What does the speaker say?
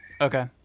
Okay